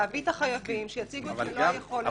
להביא את החייבים שיציגו את מלוא היכולת שלהם.